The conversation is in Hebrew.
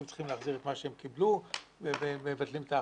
צריכים להחזיר את מה שהם קיבלו ומבטלים את ההחלטה.